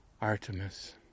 Artemis